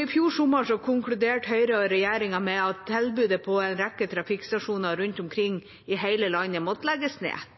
I fjor sommer konkluderte Høyre og regjeringa med at tilbudet på en rekke trafikkstasjoner rundt omkring i hele landet måtte legges ned.